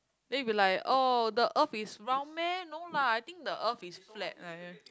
then you'll be like oh the earth is round meh no lah I think the earth is flat leh